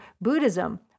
Buddhism